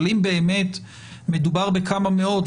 אבל אם באמת מדובר בכמה מאות,